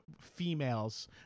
females